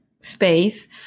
space